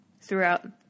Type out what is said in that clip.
throughout